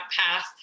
path